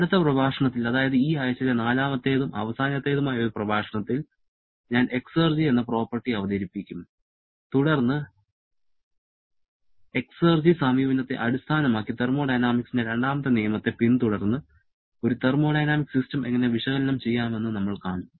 അടുത്ത പ്രഭാഷണത്തിൽ അതായത് ഈ ആഴ്ചയിലെ നാലാമത്തേതും അവസാനത്തേതുമായ ഒരു പ്രഭാഷണത്തിൽ ഞാൻ എക്സർജി എന്ന പ്രോപ്പർട്ടി അവതരിപ്പിക്കും തുടർന്ന് എക്സർജി സമീപനത്തെ അടിസ്ഥാനമാക്കി തെർമോഡയനാമിക്സിന്റെ രണ്ടാമത്തെ നിയമത്തെ പിന്തുടർന്ന് ഒരു തെർമോഡൈനാമിക് സിസ്റ്റം എങ്ങനെ വിശകലനം ചെയ്യാമെന്ന് നമ്മൾ കാണും